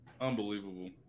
unbelievable